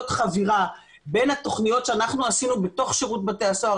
חבירה בין התוכניות שאנחנו עשינו בתוך שירות בתי הסוהר